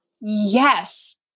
yes